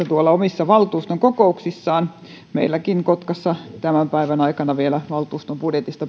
tuolla omissa valtuuston kokouksissaan meilläkin kotkassa vielä tämän päivän aikana valtuuston budjetista